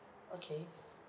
okay